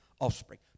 offspring